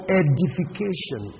edification